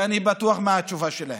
ואני בטוח מה התשובה שלהם.